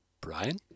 Brian